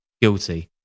Guilty